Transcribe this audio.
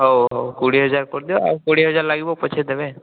ହଉ କୋଡ଼ିଏ ହଜାର କରିଦିଅ ଆଉ କୋଡ଼ିଏ ହଜାର ଲାଗିବ ପଛେ ଦେବେ